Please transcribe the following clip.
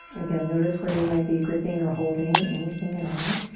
again, notice where you might be gripping or holding anything at all.